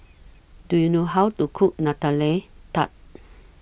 Do YOU know How to Cook Nutella Tart